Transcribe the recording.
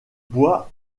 bois